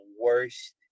worst